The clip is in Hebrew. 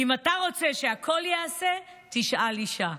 אם אתה רוצה שהכול ייעשה, תשאל אישה.